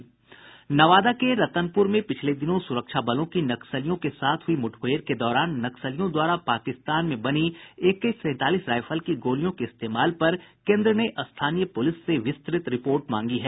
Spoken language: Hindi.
नवादा के रतनपुर में पिछले दिनों सुरक्षा बलों की नक्सलियों के साथ हुई मुठभेड़ के दौरान नक्सलियों द्वारा पाकिस्तान में बनी एके सैंतालीस राइफल की गोलियों के इस्तेमाल पर केन्द्र ने स्थानीय पुलिस से विस्तृत रिपोर्ट मांगी है